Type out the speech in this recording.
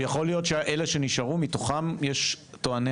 יכול להיות שמתוך אלה שנשארו יש טועני